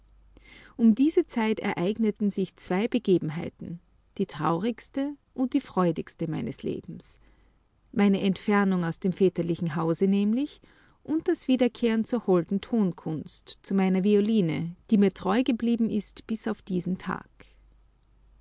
um diese zeit ereigneten sich zwei begebenheiten die traurigste und die freudigste meines lebens meine entfernung aus dem väterlichen hause nämlich und das wiederkehren zur holden tonkunst zu meiner violine die mir treu geblieben ist bis auf diesen tag